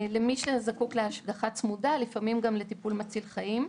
למי שזקוק להשגחה צמודה ולפעמים גם לטיפול מציל חיים.